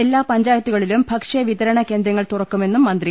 എല്ലാ പഞ്ചായത്തുക്ളിലും ഭക്ഷ്യവിതരണകേന്ദ്ര ങ്ങൾ തുറക്കുമെന്നും മന്ത്രി